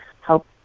help